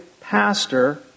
pastor